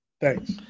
Thanks